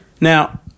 Now